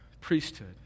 priesthood